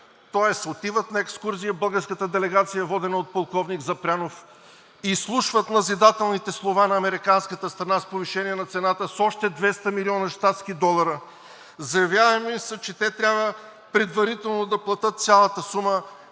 Тоест отива на екскурзия българска делегация, водена от полковник Запрянов, изслушва назидателните слова на американската страна за повишение на цената с още 200 милиона щатски долара и им се заявява, че те трябва предварително да платят цялата сума.